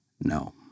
No